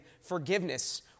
forgiveness